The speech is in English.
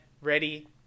ready